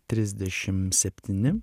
trisdešim septyni